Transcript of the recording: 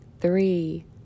three